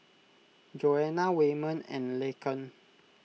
Joana Waymon and Laken